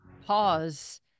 pause